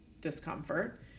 discomfort